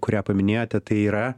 kurią paminėjote tai yra